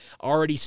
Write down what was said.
already